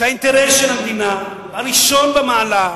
שזה האינטרס של המדינה, ראשון במעלה,